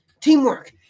teamwork